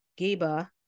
Giba